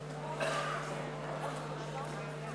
על הסתייגות